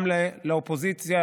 גם לאופוזיציה,